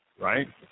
Right